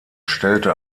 stellte